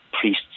priests